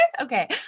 Okay